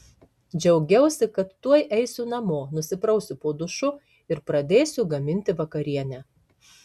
džiaugiausi kad tuoj eisiu namo nusiprausiu po dušu ir pradėsiu gaminti vakarienę